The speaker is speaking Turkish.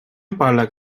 parlak